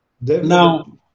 now